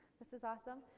this is awesome.